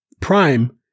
prime